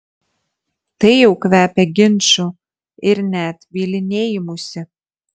tai jau kvepia ginču ir net bylinėjimusi